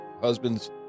husbands